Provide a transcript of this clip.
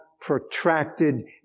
protracted